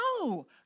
no